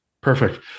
Perfect